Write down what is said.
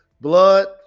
blood